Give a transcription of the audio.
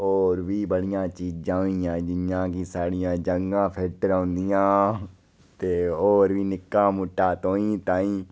तो होर बी बड़ियां चीजां होई गेइयां जि'यां कि साढ़ियां ज'ङा फिट रौह्ंदियां ते होर इ'यां होर बी निक्का मुट्टा तोहाईं ताहींं